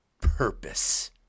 purpose